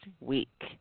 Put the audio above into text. week